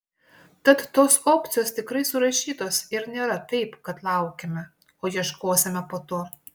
tad tos opcijos tikrai surašytos ir nėra taip kad laukiame o ieškosime po to